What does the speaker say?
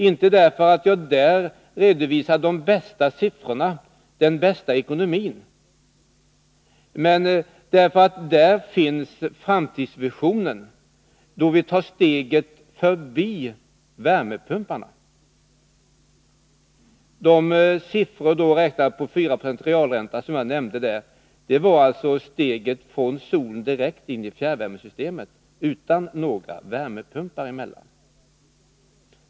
Inte var det därför att jag då redovisade de bästa siffrorna, den bästa ekonomin, utan därför att där finns framtidsvisioner då vi tar steget förbi värmepumparna. Siffrorna, som jag nämnde, är beräknade med 4 96 realränta som bas. Det gällde alltså steget från solenergin direkt till fjärrvärmesystemet utan några värmepumpar emellan.